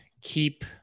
keep